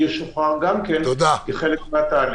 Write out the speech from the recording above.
לא מצאתי בדברי ההסבר ולו תשתית עובדתית אחת שמתייחסת להבחנה בין